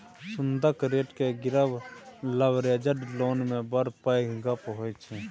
सुदक रेट केँ गिरब लबरेज्ड लोन मे बड़ पैघ गप्प होइ छै